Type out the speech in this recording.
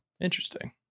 Interesting